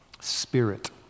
Spirit